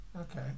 Okay